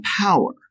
power